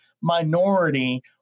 minority